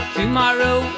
tomorrow